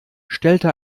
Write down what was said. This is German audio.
stellte